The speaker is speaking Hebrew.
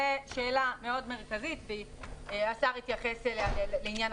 זו שאלה מאוד מרכזים והשר התייחס אליה.